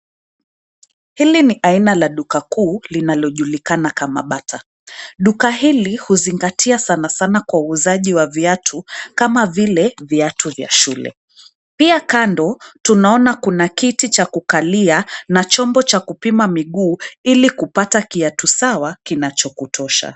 Hili ni aina la duka kuu linalojulikana kama Bata. Duka hili huzingatia sana sana kwa uuzaji wa viatu kama vile viatu vya shule. Pia kando tunaona kuna kiti cha kukalia na chombo cha kupima miguu ili kupata kiatu sawa kinacho kutosha.